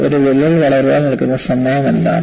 ഒരു വിള്ളൽ വളരാൻ എടുക്കുന്ന സമയം എന്താണ്